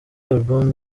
album